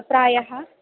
प्रायः